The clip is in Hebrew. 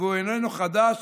והוא איננו חדש,